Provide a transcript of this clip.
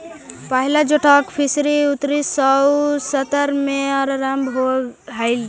पहिला जोटाक फिशरी उन्नीस सौ सत्तर में आरंभ होले हलइ